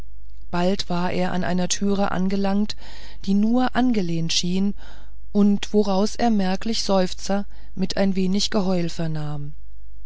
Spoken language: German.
bald war er an einer türe angelangt die nur angelehnt schien und woraus er deutliche seufzer mit ein wenig geheul vernahm